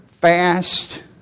fast